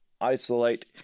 isolate